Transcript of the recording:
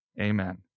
Amen